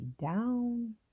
down